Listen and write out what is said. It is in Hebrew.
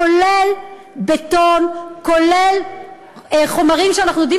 כולל בטון וכולל חומרים שאנחנו יודעים